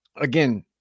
again